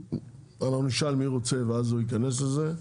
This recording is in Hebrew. הוא ישאל מי רוצה ואז הוא ייכנס לזה.